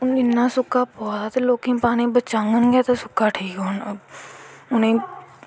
हून इन्नां सुक्का पवा ते लोग पानी बचाङन गै ते तां गै सुक्का ठीक होना ऐं उ'नेंगी